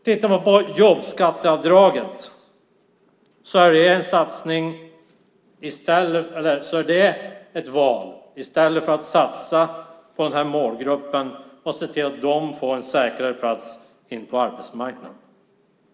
Tittar man på jobbskatteavdraget kan man säga att det är ett val att inte satsa på den här målgruppen och se till att den får en säkrare plats på arbetsmarknaden.